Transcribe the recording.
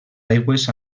aigües